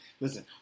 Listen